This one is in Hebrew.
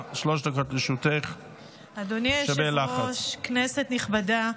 אדוני היושב-ראש, כנסת נכבדה,